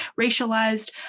racialized